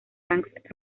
banks